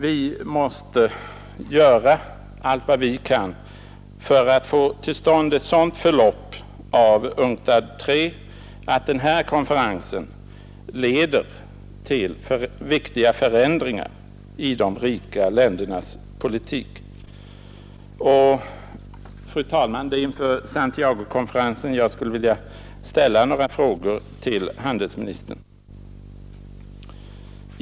Vi måste göra allt vad vi kan för att få till stånd ett sådant förlopp av UNCTAD III att denna konferens leder till viktiga förändringar i de rika ländernas politik. Inför Santiagokonferensen skulle jag, fru talman, vilja ställa några frågor till handelsministern.